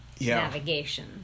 navigation